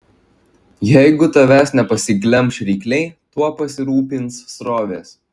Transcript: jeigu tavęs nepasiglemš rykliai tuo pasirūpins srovės